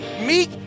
meek